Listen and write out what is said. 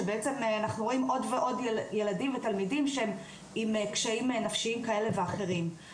עוד ועוד תלמידים שהם עם קשיים נפשיים כאלה ואחרים.